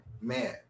man